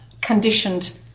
conditioned